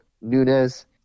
Nunez